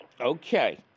Okay